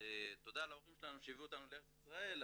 תודה להורים שלנו שהביאו אותנו לארץ ישראל,